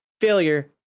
failure